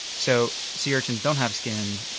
so sea urchins don't have skin,